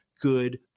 good